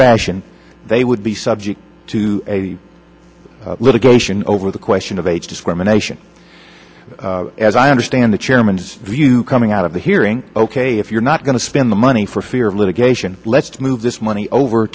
fashion they would be subject to litigation over the question of age discrimination as i understand the chairman's view coming out of the hearing ok if you're not going to spend the money for fear of litigation let's move this money over